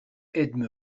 edme